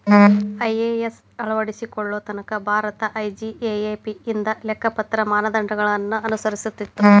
IAS ಅಳವಡಿಸಿಕೊಳ್ಳೊ ತನಕಾ ಭಾರತ ಐ.ಜಿ.ಎ.ಎ.ಪಿ ಇಂದ ಲೆಕ್ಕಪತ್ರ ಮಾನದಂಡಗಳನ್ನ ಅನುಸರಿಸ್ತಿತ್ತು